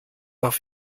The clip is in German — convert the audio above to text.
auf